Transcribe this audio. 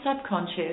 subconscious